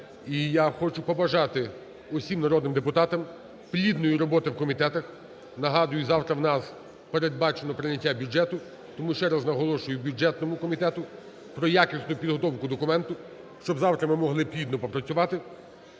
я хочу побажати всім народним депутатам плідної роботи у комітетах. Нагадую, завтра у нас передбачено прийняття бюджету, тому ще раз наголошую бюджетному комітету про якісну підготовку документу, щоб завтра ми могли плідно попрацювати.